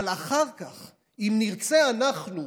אבל אחר כך, אם נרצה אנחנו,